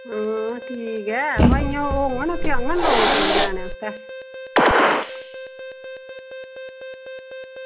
हां ठीक ऐ अवा इ'यां होङन इत्थै औङन लोक शोक लैने आस्तै